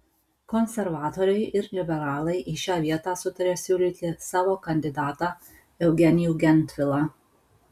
konservatoriai ir liberalai į šią vietą sutarė siūlyti savo kandidatą eugenijų gentvilą